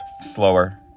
slower